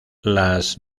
las